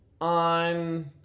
on